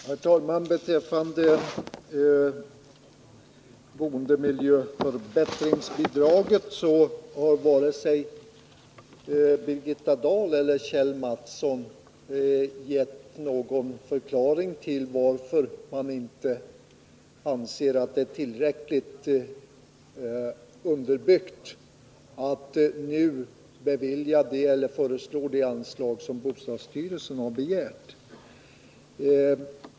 Herr talman! Beträffande boendemiljöförbättringsbidraget har varken Birgitta Dahl eller Kjell Mattsson gett någon förklaring till att man inte anser att förslaget skulle vara tillräckligt underbyggt om man nu föreslog det anslag som bostadsstyrelsen har begärt.